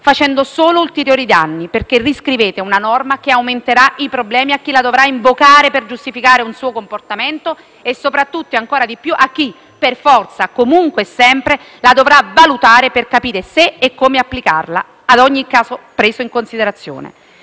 facendo solo ulteriori danni, perché riscrivete una norma che aumenterà i problemi a chi la dovrà invocare per giustificare un suo comportamento e soprattutto, ancora di più, a chi, per forza, comunque e sempre, la dovrà valutare per capire se e come applicarla a ogni caso preso in esame.